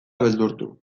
beldurtu